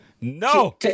no